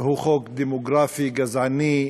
הוא חוק דמוגרפי, גזעני,